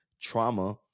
trauma